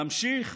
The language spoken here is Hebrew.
נמשיך?